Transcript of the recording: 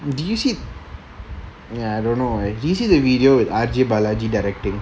did you see ya I don't know eh did you see the video with R_J balaji directing